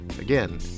Again